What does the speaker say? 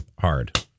hard